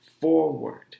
forward